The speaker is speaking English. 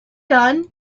done